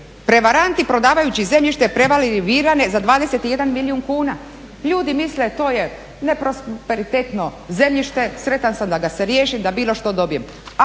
Prevaranti prodavajući zemljište prevarili Virane za 21 milijun kuna. Ljudi misle to je neprosperitetno zemljište, sretan sam da ga se riješim, da bilo što dobijem.